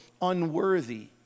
unworthy